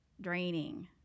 draining